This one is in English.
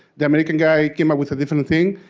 the american guy came up with a different thing.